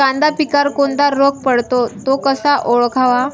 कांदा पिकावर कोणता रोग पडतो? तो कसा ओळखावा?